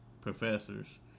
professors